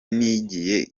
nigiye